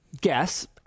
guess